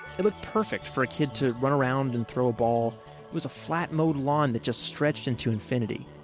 it looked perfect for a kid to run around and throw a ball. it was a flat, mowed lawn that just stretched into infinity,